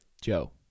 Joe